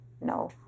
no